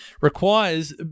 requires